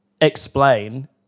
explain